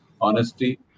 honesty